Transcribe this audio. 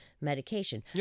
medication